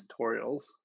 tutorials